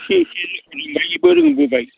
इसि इसि मेंबाय इबो रोंबोबाय